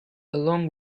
along